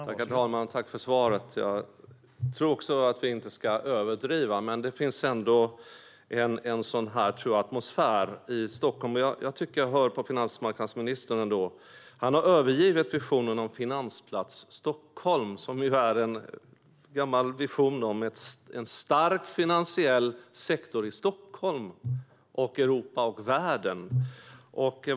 Herr talman! Tack för svaret! Jag tror inte heller att vi ska överdriva, men det finns ändå en sådan atmosfär i Stockholm. Jag tycker att jag hör på finansmarknadsministern att han har övergivit visionen om Finansplats Stockholm, som är en gammal vision om en stark finansiell sektor i Stockholm, Europa och världen.